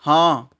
ହଁ